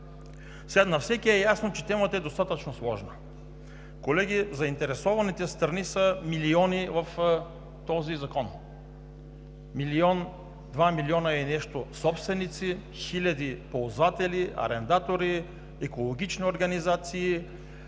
На всеки е ясно, че темата е достатъчно сложна. Колеги, заинтересованите страни от този закон са милиони – 2 милиона и нещо собственици, хиляди ползватели, арендатори, екологични организации,